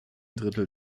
drittel